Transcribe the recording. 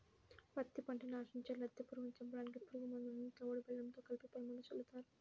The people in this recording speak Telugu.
పత్తి పంటని ఆశించే లద్దె పురుగుల్ని చంపడానికి పురుగు మందుని తవుడు బెల్లంతో కలిపి పొలమంతా చల్లుతారు